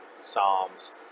Psalms